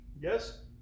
Yes